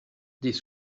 des